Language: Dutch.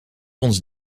ons